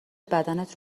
بدنت